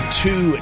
two